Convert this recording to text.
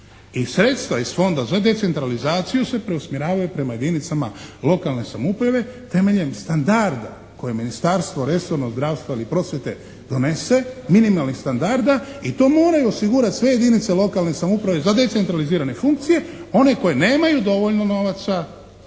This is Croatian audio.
I sredstva iz Fonda za decentralizaciju se preusmjeravaju prema jedinicama lokalne samouprave temeljem standarda koje Ministarstvo resorno, zdravstva ili prosvjete donese, minimalnih standarda i to moraju osigurati sve jedinice lokalne samouprave za decentralizirane funkcije. One koje nemaju dovoljno novaca